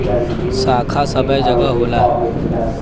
शाखा सबै जगह होला